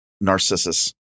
Narcissus